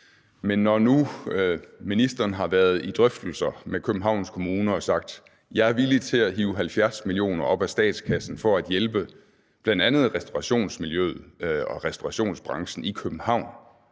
Men når nu ministeren har været i drøftelser med Københavns Kommune og har sagt, at han er villig til at hive 70 mio. kr. op af statskassen for at hjælpe bl.a. restaurationsmiljøet og restaurationsbranchen i København,